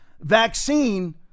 vaccine